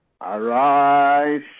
arise